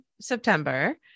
September